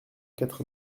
quatre